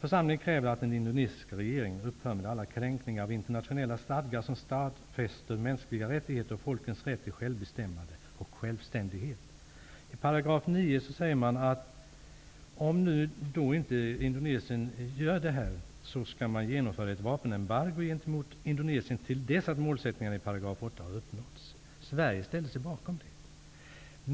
''Församlingen kräver att den indonesiska regeringen upphör med alla kränkningar av internationella stadgar som stadfäster mänskliga rättigheter och folkens rätt till självbestämmande och självständighet.'' I § 9 sägs att om Indonesien inte lever upp till det här skall man genomföra ett vapenembargo gentemot Indonesien till dess att målsättningarna i § 8 har uppnåtts. Sverige ställde sig bakom detta.